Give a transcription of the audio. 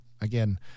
again